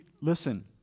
listen